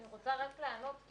אני רוצה לענות.